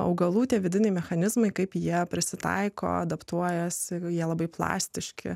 augalų tie vidiniai mechanizmai kaip jie prisitaiko adaptuojasi jie labai plastiški